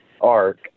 arc